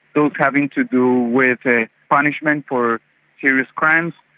those having to do with ah punishment for serious crimes,